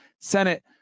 Senate